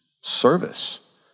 service